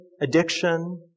addiction